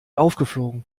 aufgeflogen